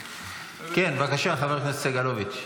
כן, בבקשה, חבר הכנסת סגלוביץ'.